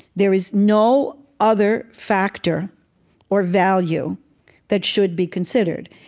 there is no other factor or value that should be considered.